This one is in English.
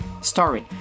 story